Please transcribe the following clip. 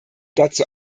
dazu